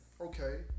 Okay